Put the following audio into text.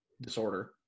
disorder